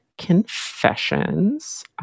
confessions